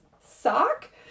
sock